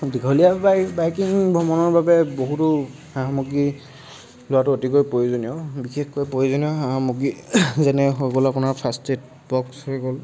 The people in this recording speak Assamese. দীঘলীয়া বাইক বাইকিং ভ্ৰমণৰ বাবে বহুতো সা সামগ্ৰী লোৱাটো অতিকৈ প্ৰয়োজনীয় বিশেষকৈ প্ৰয়োজনীয় সা সামগ্ৰী যেনে হৈ গ'ল আপোনাৰ ফাৰ্ষ্ট এইড বক্স হৈ গ'ল